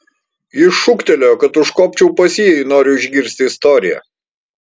jis šūktelėjo kad užkopčiau pas jį jei noriu išgirsti istoriją